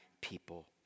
people